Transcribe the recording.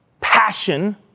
passion